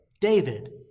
David